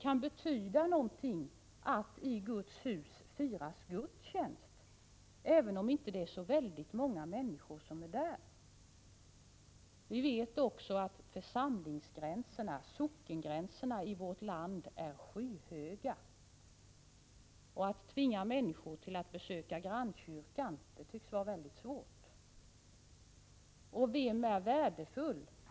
Att gudstjänst firas i Guds hus kan ju betyda någonting, även om det inte är så väldigt många människor som är där. Vi vet ju att församlingsgränserna, sockengränserna, i vårt land är så att säga skyhöga. Att tvinga människor att besöka grannkyrkan tycks vara väldigt svårt. Vidare vill jag fråga: Vad är det som är värdefullt?